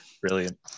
Brilliant